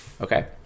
okay